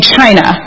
China